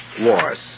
wars